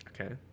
Okay